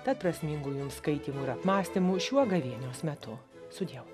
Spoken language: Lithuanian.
tad prasmingų jums skaitymų ir apmąstymų šiuo gavėnios metu su dievu